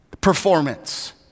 performance